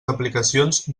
aplicacions